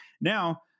Now